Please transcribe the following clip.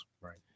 Right